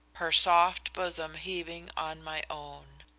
her soft bosom heaving on my own!